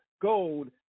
gold